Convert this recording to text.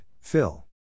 Phil